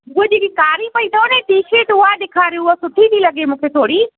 उहा जेकी कारी पेई अथव न टीशट उहा ॾेखारियो उहा सुठी थी लॻे मूंखे थोरी